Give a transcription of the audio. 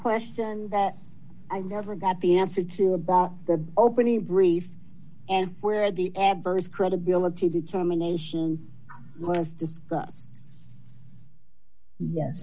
question that i never got the answer to a bar opening brief and where the adverse credibility determination was discuss